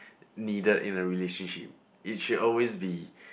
needed in a relationship if she always be